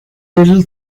little